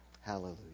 Hallelujah